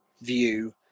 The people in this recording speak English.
view